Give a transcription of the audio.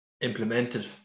implemented